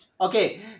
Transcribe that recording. Okay